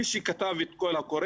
מי שכתב את הקול קורא,